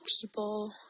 people